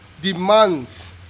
demands